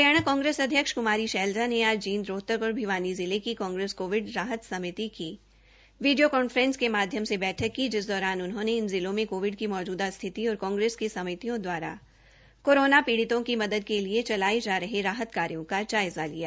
हरियाणा कांग्रेस अध्यक्ष कुमारी शैलजा ने आज जींद रोहतक और भिवानी जिले की कांग्रेस कोविड राहत समिति की वीडियो कॉन्फ्रेस के माध्यम से बैठक की जिस दौरान उन्होंने इन जिलों में कोविड की मौजूदा स्थिति और कांग्रेस के समितियों दवारा कोरोना पीडि़तों की मदद के लिए चलाये जा रहे राहत कार्यो का जायज़ा लिया